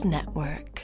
Network